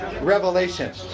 revelation